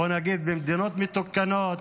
בוא נגיד במדינות מתוקנות,